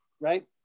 right